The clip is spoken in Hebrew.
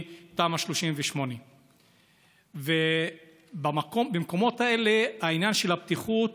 תמ"א 38. במקומות האלה העניין של הבטיחות